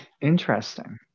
Interesting